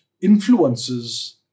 influences